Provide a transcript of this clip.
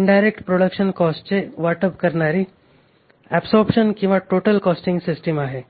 indirect production कॉस्टचे वाटप करणारी ऍबसॉरबशन किंवा टोटल कॉस्टिंग सिस्टीम आहे